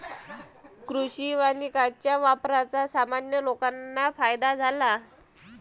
कृषी वानिकाच्या वापराचा सामान्य लोकांना फायदा झाला